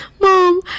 Mom